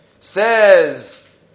Says